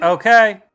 Okay